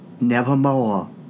Nevermore